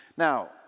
Now